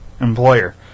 employer